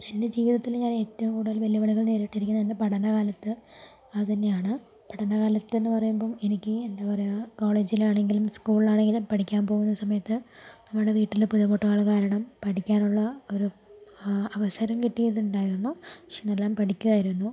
എൻ്റെ ജീവിതത്തിൽ ഞാൻ ഏറ്റവും കൂടുതൽ വെല്ലുവിളികൾ നേരിട്ടിരിക്കുന്നത് എൻ്റെ പഠനകാലത്ത് അത് തന്നെയാണ് പഠനകാലത്ത് എന്ന് പറയുമ്പോൾ എനിക്ക് എന്താ പറയുക കോളേജിൽ ആണെങ്കിലും സ്കൂളിൽ ആണെങ്കിലും പഠിക്കാൻ പോകുന്ന സമയത്ത് നമ്മുടെ വീട്ടിലെ ബുദ്ധിമുട്ടുകൾ കാരണം പഠിക്കാനുള്ള ഒരു ആ അവസരം കിട്ടിട്ടുണ്ടായിരുന്നു പക്ഷെ എല്ലാം പഠിക്കുവായിരുന്നു